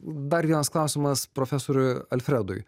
dar vienas klausimas profesoriui alfredui